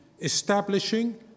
establishing